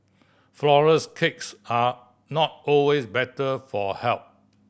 flourless cakes are not always better for health